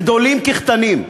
גדולים כקטנים.